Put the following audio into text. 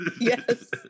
Yes